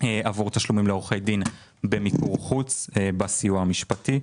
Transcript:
עבור תשלומים לעורכי דין במיקור חוץ בסיוע המשפטי,